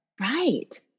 Right